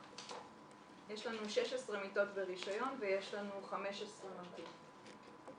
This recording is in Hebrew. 16 מיטות ברישיון ויש לנו 15 ממתינים.